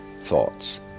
thoughts